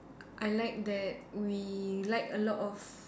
I like that we like a lot of